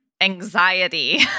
anxiety